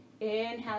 inhale